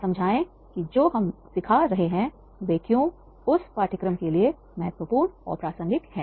समझाएं कि जो हम सिखा रहे हैं वे क्यों उस पाठ्यक्रम के लिए महत्वपूर्ण और प्रासंगिक हैं